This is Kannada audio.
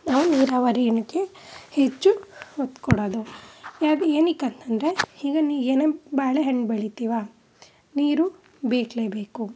ನಾವು ನೀರಾವರಿ ಇದ್ಕೆ ಹೆಚ್ಚು ಒತ್ತು ಕೊಡೋದು ಯಾಕೆ ಏನಿಕ್ಕೆ ಅಂತಂದರೆ ಈಗ ನೀ ಏನೇ ಬಾಳೆಹಣ್ಣು ಬೆಳಿತೀವಾ ನೀರು ಬೇಕೇ ಬೇಕು